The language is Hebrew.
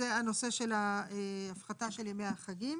זה הנושא של הפחתה של ימי החגים.